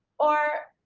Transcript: or,